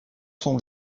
son